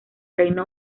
reino